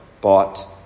bought